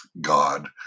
god